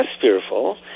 fearful